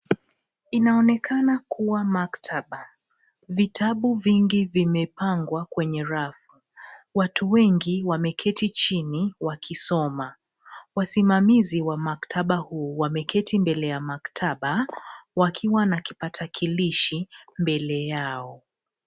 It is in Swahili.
Inaonekana kuwa maktaba. Vitabu vingi vimepangwa kwenye rafu. Watu wengi wameketi chini wakisoma. Wasimamizi wa maktaba huu wameketi mbele ya maktaba wakiwa na kipakatalishi mbele yao.